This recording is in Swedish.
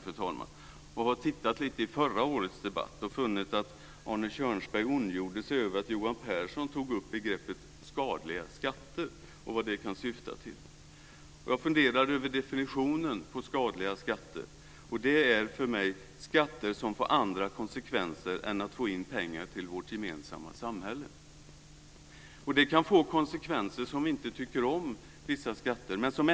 Jag har tittat lite grann i protokollet från förra årets debatt och fann då att Arne Kjörnsberg ondgjorde sig över att Johan Pehrson tog upp begreppet skadliga skatter och vad det kan syfta till. Jag har funderat över definitionen av begreppet skadliga skatter. För mig betyder det skatter som får andra konsekvenser än detta med att få in pengar till vårt gemensamma samhälle. Vissa skatter kan få konsekvenser som vi inte tycker om.